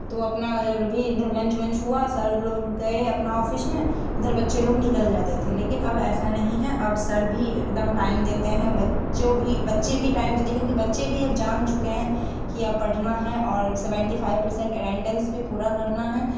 तो अपना जब भी लंच वंच हुआ सर लोग गए अपने ऑफिस में इधर बच्चे लोग निकल जाते थे लेकिन अब ऐसा नहीं है अब सर भी एक दम टाइम देते हैं बच्चों भी बच्चे भी टाइम देते हैं क्योंकि बच्चे भी अब जान चुके हैं कि अब पढ़ना है और सेवेंटी फाइव पर्सेन्ट अटेंडेंस भी पूरा करना है